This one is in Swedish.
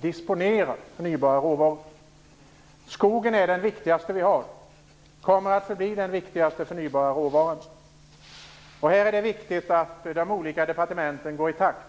vi disponerar förnybara råvaror. Skogen är den viktigaste vi har, och den kommer att förbli den viktigaste förnybara råvaran. I detta sammanhang är det viktigt att de olika departementen går i takt.